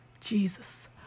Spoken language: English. Jesus